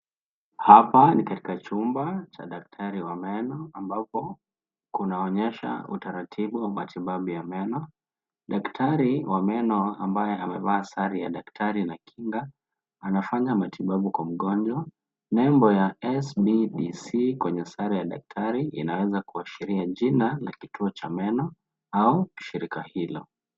Hapa ni katika chumba cha daktari wa meno ambapo kunaonyesha utaratibu wa matibabu ya meno. Daktari wa meno ambaye amevaa sare ya daktari na kinga, anafanya matibabu kwa mgonjwa. Nembo ya SBBC kwenye sare ya daktari inaweza kuashiria jina la kituo cha meno au jina la shirika hilo.